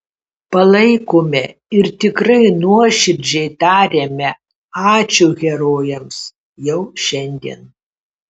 palaikome ir tikrai nuoširdžiai tariame ačiū herojams jau šiandien